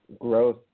growth